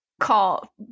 call